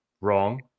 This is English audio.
wrong